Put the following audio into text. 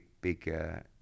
big